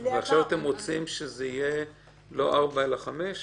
עכשיו אתם רוצים שזה יהיה לא ארבע אלא חמש?